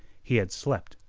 he had slept,